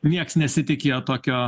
nieks nesitikėjo tokio